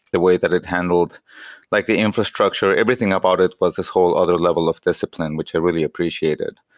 the way that it handled like the infrastructure, everything about it was this whole other level of discipline, which i really appreciated.